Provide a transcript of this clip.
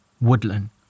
Woodland